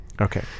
Okay